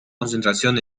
concentración